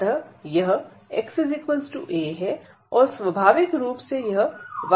अतः यह xa है और स्वभाविक रूप से यह y a बिंदु है